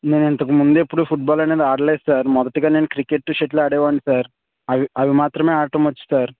నేను ఇంతకుముందు ఎప్పుడు ఫుట్బాల్ అనేది ఆడలేదు సార్ మొదట నేను క్రికెట్ షెటిల్ ఆడేవాడిని సార్ అవి మాత్రమే ఆడటం వచ్చు సార్